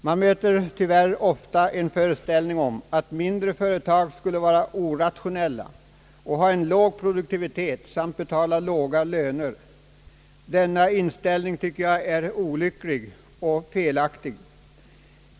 Man möter tyvärr ofta en föreställning om att mindre företag skulle vara orationella och ha låg produktivitet samt betala låga löner. Denna inställning tycker jag är olycklig och felaktig.